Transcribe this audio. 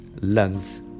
lungs